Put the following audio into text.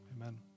Amen